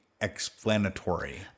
explanatory